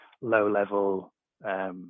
low-level